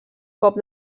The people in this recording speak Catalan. cop